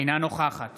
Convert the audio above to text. אינה נוכחת